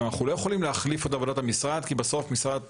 אנחנו לא יכולים להחליף את עבודת המשרד כי בסוף משרד התחבורה,